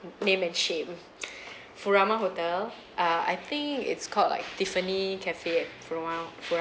name and shame furama hotel err I think it's called like tiffany cafe at furamau~ furama